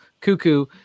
cuckoo